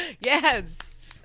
yes